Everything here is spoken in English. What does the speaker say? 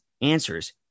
answers